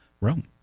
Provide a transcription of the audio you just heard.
Rome